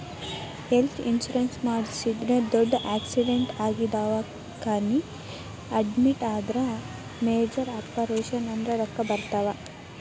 health insurance ಮಾಡಿಸಿದ್ರ ದೊಡ್ಡ್ accident ಆಗಿ ದವಾಖಾನಿ ಅಡ್ಮಿಟ್ ಆದ್ರ ಮೇಜರ್ ಆಪರೇಷನ್ ಆದ್ರ ರೊಕ್ಕಾ ಬರ್ತಾವ